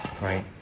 right